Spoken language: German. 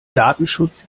datenschutz